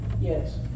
Yes